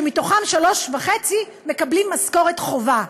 שמתוכן שלוש וחצי מקבלים משכורת חובה.